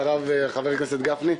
לרב ולחבר הכנסת גפני.